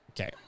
okay